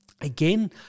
Again